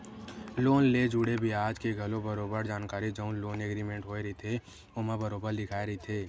loan ले जुड़े बियाज के घलो बरोबर जानकारी जउन लोन एग्रीमेंट होय रहिथे ओमा बरोबर लिखाए रहिथे